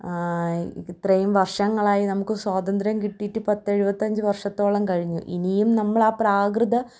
ഇത്രയും വർഷങ്ങളായി നമുക്ക് സ്വാതന്ത്ര്യം കിട്ടിയിട്ട് പത്തെഴുപത്തഞ്ച് വർഷത്തോളം കഴിഞ്ഞു ഇനിയും നമ്മൾ ആ പ്രാകൃത